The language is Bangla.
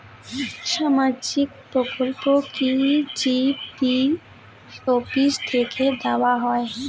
সামাজিক প্রকল্প কি জি.পি অফিস থেকে দেওয়া হয়?